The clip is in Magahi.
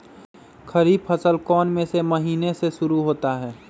खरीफ फसल कौन में से महीने से शुरू होता है?